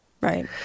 Right